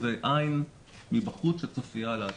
זה עין מבחוץ שצופייה על האתר.